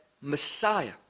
Messiah